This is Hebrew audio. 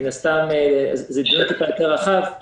מן הסתם זה קצת יותר רחב.